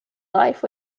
life